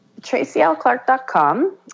TracyLClark.com